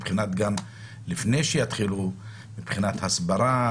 גם מבחינת הסברה